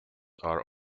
are